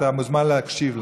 אתה מוזמן להקשיב לה.